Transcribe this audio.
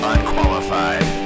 Unqualified